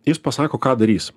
jis pasako ką darys